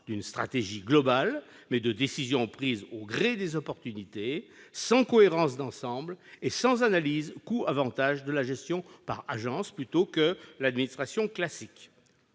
d'une stratégie globale, mais de décisions prises au gré des opportunités, sans cohérence d'ensemble et sans analyse coûts-avantages de la gestion par agences plutôt que par l'administration classique.